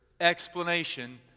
explanation